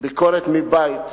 ביקורת מבית.